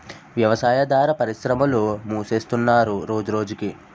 వ్యవసాయాదార పరిశ్రమలు మూసేస్తున్నరు రోజురోజకి